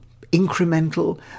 incremental